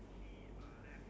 ya ya ya